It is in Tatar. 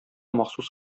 махсус